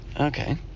Okay